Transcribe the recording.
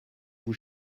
vous